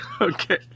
Okay